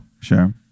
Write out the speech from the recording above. Sure